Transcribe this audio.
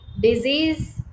disease